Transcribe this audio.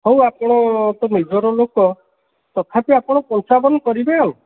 ହଉ ଆପଣ ତ ନିଜର ଲୋକ ତଥାପି ଆପଣ ପଞ୍ଚାବନ କରିବେ ଆଉ